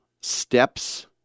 steps